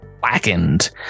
blackened